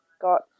got